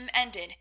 ended